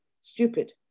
stupid